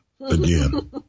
again